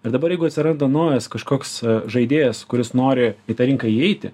ir dabar jeigu atsiranda naujas kažkoks žaidėjas kuris nori į tą rinką įeiti